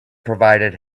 provided